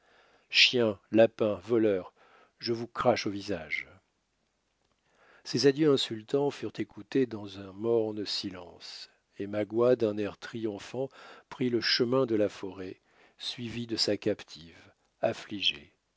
chiens lapins voleurs je vous crache au visage ces adieux insultants furent écoutés dans un morne silence et magua d'un air triomphant prit le chemin de la forêt suivi de sa captive affligée